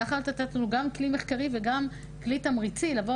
זה היה יכול לתת לנו גם כלי מחקרי וגם כלי תמריצי: לבוא